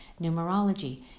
numerology